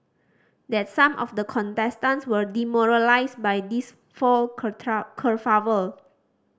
that some of the contestants were demoralised by this fall kerfuffle